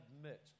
admit